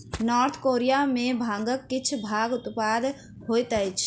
north Korea में भांगक किछ भागक उत्पादन होइत अछि